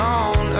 on